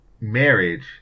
marriage